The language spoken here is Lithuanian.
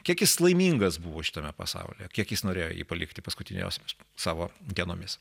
kiek jis laimingas buvo šitame pasaulyje kiek jis norėjo jį palikti paskutiniosiomis savo dienomis